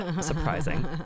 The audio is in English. surprising